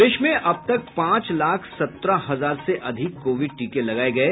प्रदेश में अब तक पांच लाख सत्रह हजार से अधिक कोविड टीके लगाये गये